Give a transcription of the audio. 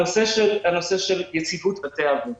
הנושא של יציבות בתי האבות